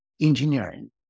engineering